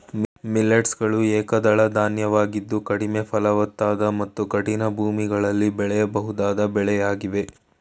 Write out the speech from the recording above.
millets ಗಳು ಏಕದಳ ಧಾನ್ಯವಾಗಿದ್ದು ಕಡಿಮೆ ಫಲವತ್ತಾದ ಮತ್ತು ಕಠಿಣ ಭೂಮಿಗಳಲ್ಲಿ ಬೆಳೆಯಬಹುದಾದ ಬೆಳೆಯಾಗಿವೆ